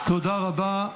תודה רבה.